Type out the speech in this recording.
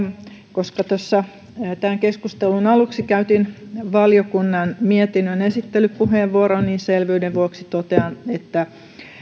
koska tämän keskustelun aluksi käytin valiokunnan mietinnön esittelypuheenvuoron niin selvyyden vuoksi totean että